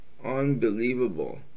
unbelievable